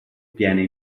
piene